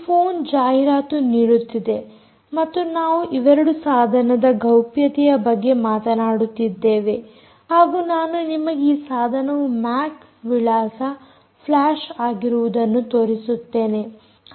ಈ ಫೋನ್ ಜಾಹೀರಾತು ನೀಡುತ್ತಿದೆ ಮತ್ತು ನಾವು ಇವೆರಡು ಸಾಧನದ ಗೌಪ್ಯತೆಯ ಬಗ್ಗೆ ಮಾತನಾಡುತ್ತಿದ್ದೇವೆ ಹಾಗೂ ನಾನು ನಿಮಗೆ ಈ ಸಾಧನವು ಮ್ಯಾಕ್ ವಿಳಾಸ ಫ್ಲಾಶ್ ಆಗಿರುವುದನ್ನು ತೋರಿಸುತ್ತೇನೆ